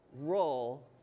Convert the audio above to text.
role